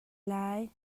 lai